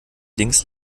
links